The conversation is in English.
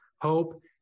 hope